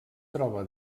troba